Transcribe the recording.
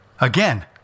again